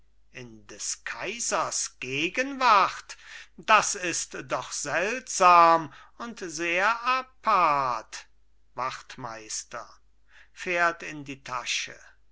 in des kaisers gegenwart das ist doch seltsam und sehr apart wachtmeister fährt in die tasche